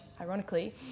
ironically